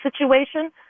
situation